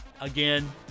Again